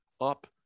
up